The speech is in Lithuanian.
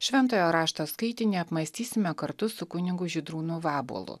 šventojo rašto skaitinį apmąstysime kartu su kunigu žydrūnu vabuolu